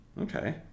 Okay